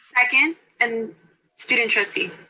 second, and student trustee.